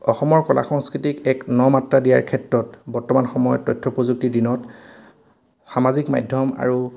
অসমৰ কলা সংস্কৃতিক এক নমাত্ৰা দিয়াৰ ক্ষেত্ৰত বৰ্তমান সময়ত তথ্য প্ৰযুক্তিৰ দিনত সামাজিক মাধ্যম আৰু